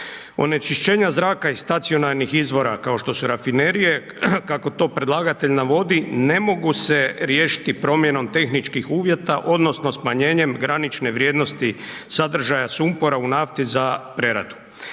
Onečišćenja zraka iz stacionarnih izvora, kao što su rafinerije, kako to predlagatelj navodi, ne mogu se riješiti promjenom tehničkih uvjeta, odnosno smanjenjem granične vrijednosti sadržaja sumpora u nafti za preradu.